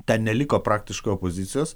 ten neliko praktiškai opozicijos